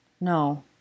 No